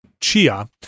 Chia